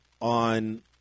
on